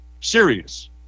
serious